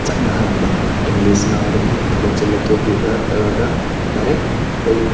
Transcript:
ꯆꯠꯅꯍꯟꯕ English ꯉꯥꯡꯕꯒꯤ ꯊꯕꯛꯁꯦ ꯂꯧꯊꯣꯛꯄꯤꯈ꯭ꯔ ꯔꯒ ꯗꯥꯏꯔꯦꯛ ꯑꯩꯈꯣꯏ